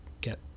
get